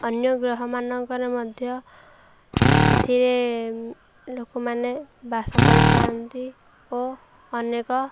ଅନ୍ୟ ଗ୍ରହମାନଙ୍କରେ ମଧ୍ୟ ସେଥିରେ ଲୋକମାନେ ବାସ କରିଥାନ୍ତି ଓ ଅନେକ